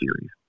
series